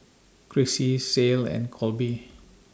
Crissy Ceil and Kolby